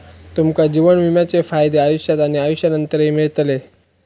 तुमका जीवन विम्याचे फायदे आयुष्यात आणि आयुष्यानंतरही मिळतले